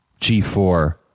G4